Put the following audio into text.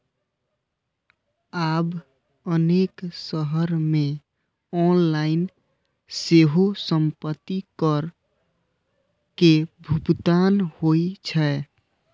आब अनेक शहर मे ऑनलाइन सेहो संपत्ति कर के भुगतान होइ छै